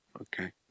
okay